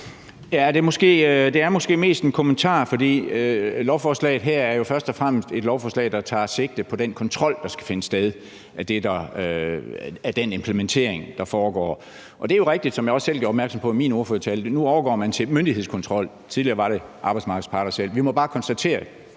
Det er måske mest en kommentar, for lovforslaget her er jo først og fremmest et lovforslag, der tager sigte på den kontrol, der skal finde sted, af den implementering, der foregår. Og det er rigtigt, som jeg også selv gjorde opmærksom på i min ordførertale, at man nu overgår til myndighedskontrol. Tidligere var det arbejdsmarkedets parter selv. Vi må bare konstatere – det